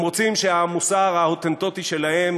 הם רוצים שהמוסר ההוטנטוטי שלהם,